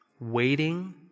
waiting